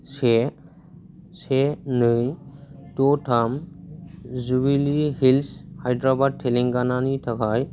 से से नै द' थाम जुबिलि हिल्स हाइद्राबाद तेलेंगानानि थाखाय